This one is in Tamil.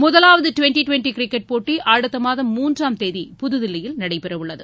முதலாவது டிவெண்டி டிவெண்டி கிரிக்கெட் போட்டி அடுத்த மாதம் மூன்றாம் தேதி புதுதில்லியில் நடைபெறவுள்ளது